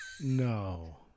No